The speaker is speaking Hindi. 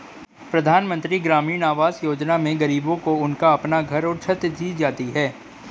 प्रधानमंत्री ग्रामीण आवास योजना में गरीबों को उनका अपना घर और छत दी जाती है